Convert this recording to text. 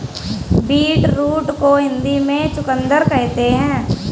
beetroot को हिंदी में चुकंदर कहते हैं